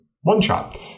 one-shot